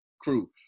crew